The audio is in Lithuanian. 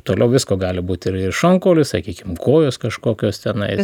toliau visko gali būti ir šonkaulių sakykim kojos kažkokios tenais